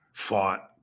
fought